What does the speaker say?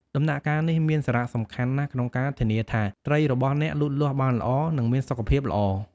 ដំណាក់កាលនេះមានសារៈសំខាន់ណាស់ក្នុងការធានាថាត្រីរបស់អ្នកលូតលាស់បានល្អ និងមានសុខភាពល្អ។